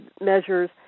measures